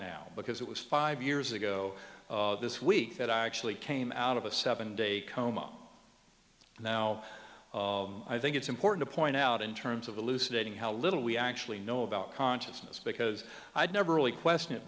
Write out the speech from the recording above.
now because it was five years ago this week that i actually came out of a seven day coma now i think it's important to point out in terms of elucidating how little we actually know about consciousness because i've never really questioned it